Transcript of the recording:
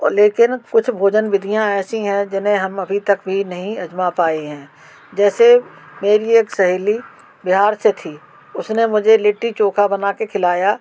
ओ लेकिन कुछ भोजन विधियाँ ऐसी हैं जिन्हें हम अभी तक भी नहीं आजमा पाए हैं जैसे मेरी एक सहेली बिहार से थी उसने मुझे लिट्टी चोखा बना के खिलाया